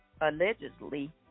allegedly